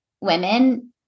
women